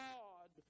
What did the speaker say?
God